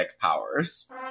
powers